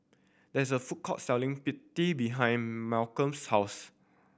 there is a food court selling behind Malcom's house